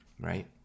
right